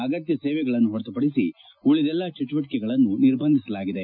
ಅಗತ್ಯ ಸೇವೆಗಳನ್ನು ಹೊರತುಪಡಿಸಿ ಉಳಿದೆಲ್ಲಾ ಚುಟುವಟಿಕೆಗಳನ್ನು ನಿರ್ಬಂಧಿಸಲಾಗಿದೆ